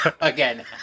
Again